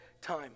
time